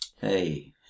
hey